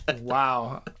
Wow